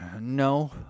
No